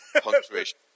Punctuation